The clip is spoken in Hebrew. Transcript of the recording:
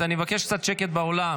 אני מבקש קצת שקט באולם,